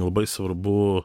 labai svarbu